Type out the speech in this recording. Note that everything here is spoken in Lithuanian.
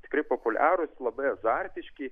tikrai populiarūs labai azartiški